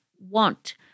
want